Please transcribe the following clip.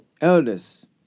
Elders